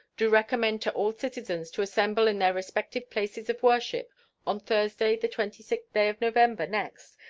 do recommend to all citizens to assemble in their respective places of worship on thursday, the twenty sixth day of november next,